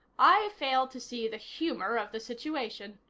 i fail to see the humor of the situation.